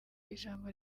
ijambo